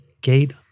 gate